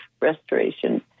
restoration